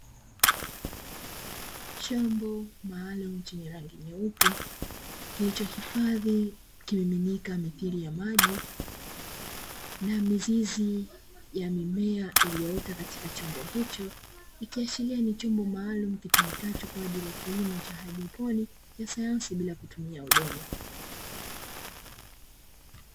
Chombo maalumu chenye rangi nyeupe kilichohifadhi kimiminika mithili ya maji, na mizizi ya mimea iliyoota katika chombo hicho; ikiashiria ni chombo maalumu kitumikacho kwa ajili ya kilimo cha haidroponi ya sayansi bila kutumia udongo.